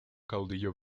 caudillo